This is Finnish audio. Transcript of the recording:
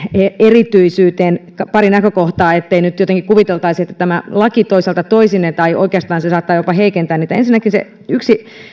erityisyyteen pari näkökohtaa ettei nyt jotenkin kuviteltaisi että tämä laki toisaalta toisi ne tai oikeastaan se saattaa jopa heikentää niitä ensinnäkin yksi